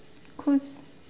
खुश